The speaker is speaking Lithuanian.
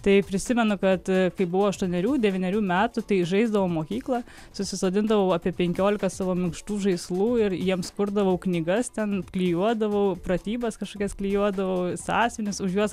tai prisimenu kad kai buvau aštuonerių devynerių metų tai žaisdavau mokyklą susisodindavau apie penkiolika savo minkštų žaislų ir jiems kurdavau knygas ten klijuodavau pratybas kažkokias klijuodavau sąsiuvinius už juos